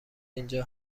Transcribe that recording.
اینجا